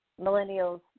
millennials